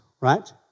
right